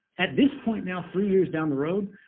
at this point now, three years down the road,